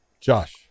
Josh